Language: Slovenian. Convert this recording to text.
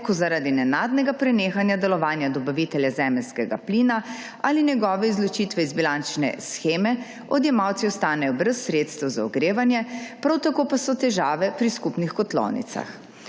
ko zaradi nenadnega prenehanja delovanja dobavitelja zemeljskega plina ali njegove izločitve iz bilančne sheme odjemalci ostanejo brez sredstev za ogrevanje, prav tako pa so težave pri skupnih kotlovnicah.